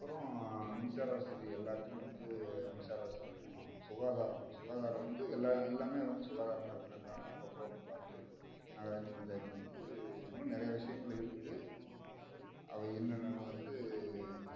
அப்பறம் மின்சார வசதி எல்லாத்துக்கும் வந்து மின்சார வசதி வேணும் சுகாதாரம் சுகாதாரம் வந்து எல்லா எல்லாமே வந்து சுகாதாரமாக இருக்கிறாங்களான்னு அப்பப்போ வந்து பார்த்து நகராட்சி பஞ்சாயத்துக்கு வந்து இன்னும் நிறையா விஷயங்கள் இருக்குது அவை என்னென்னு வந்து